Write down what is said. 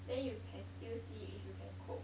then you can still see if you can cope